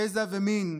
גזע ומין.